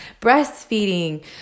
breastfeeding